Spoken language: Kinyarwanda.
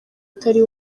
atari